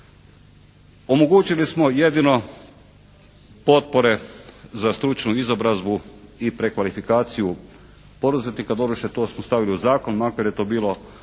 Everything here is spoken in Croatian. Omogućili smo jedino potpore za stručnu izobrazbu i prekvalifikaciju poduzetnika, doduše to smo stavili u zakon makar je to bilo